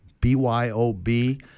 B-Y-O-B